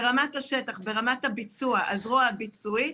ברמת השטח, ברמת הביצוע, הזרוע הביצועית,